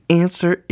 answer